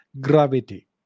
gravity